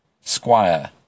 squire